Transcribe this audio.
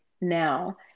now